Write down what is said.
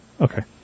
okay